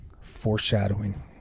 foreshadowing